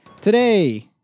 Today